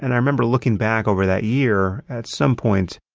and i remember looking back over that year at some point,